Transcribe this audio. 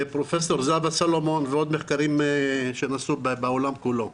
פרופ' זהבה סולומון ועוד מחקרים שנעשו בעולם כולו.